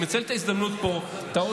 אני מנצל את ההזדמנות פה, ואני אקח